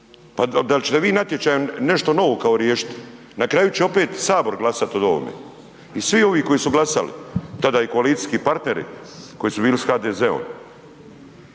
Pa dal ćete vi natječajem nešto novo kao riješiti? Na kraju će opet HS glasat od ovome. I svi ovi koji su glasali, tada i koalicijski partneri koji su bili s HDZ-om